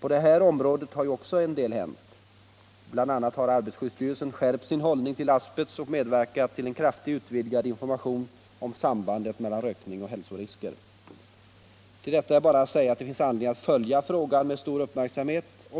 På det här området har också en del hänt. BI. a. har arbetarskyddsstyrelsen skärpt sin hållning till asbest och medverkat till en kraftigt utvidgad information om sambandet mellan rökning och hälsorisker. Till detta är det bara att säga att det finns anledning att följa frågan med stor uppmärksamhet.